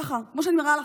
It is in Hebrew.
ככה, כמו שאני מראה לכם.